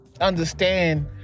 Understand